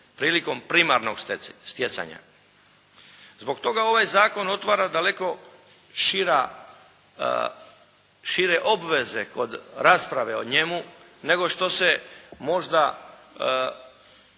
prilikom primarnog stjecanja. Zbog toga ovaj zakon otvara daleko šire obveze kod rasprave o njemu nego što se možda